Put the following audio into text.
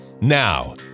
Now